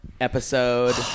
episode